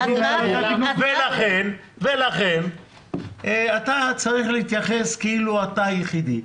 לכן אתה מוטי, צריך לחשוב כאילו אתה היחידי,